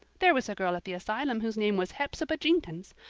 there was a girl at the asylum whose name was hepzibah jenkins,